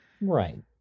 Right